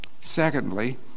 Secondly